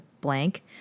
blank